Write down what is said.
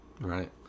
Right